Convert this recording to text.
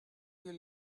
you